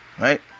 Right